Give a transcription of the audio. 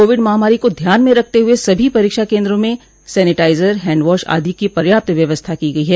Covid महामारी को ध्यान में रखते हुए सभी परीक्षा केंद्रों में सैनेटाइजर हैंडवाश आदि की पर्याप्त व्यवस्था की गई है